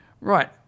Right